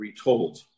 retold